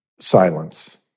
silence